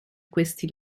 questi